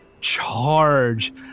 charge